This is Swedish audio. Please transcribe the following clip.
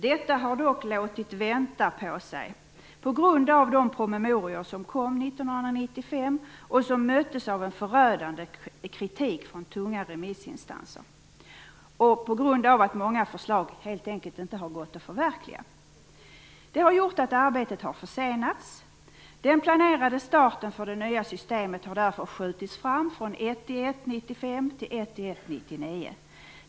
Detta har dock låtit vänta på sig på grund av de promemorior som kom 1995 och som möttes av en förödande kritik från tunga remissinstanser och på grund av att många förslag helt enkelt inte har gått att förverkliga. Detta har gjort att arbetet har försenats. Den planerade starten för det nya systemet har därför skjutits fram från den 1 januari 1995 till den 1 januari 1999.